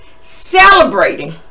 celebrating